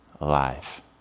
alive